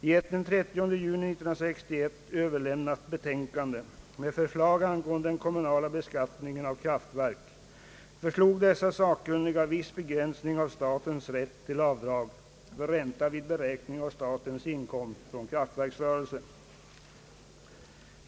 I ett den 30 juni 1961 överlämnat betänkande med förslag angående den kommunala beskattningen av kraftverk föreslog dessa sakkunniga viss begränsning av statens rätt till avdrag för ränta vid beräkning av statens inkomst från kraftverksrörelse.